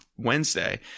Wednesday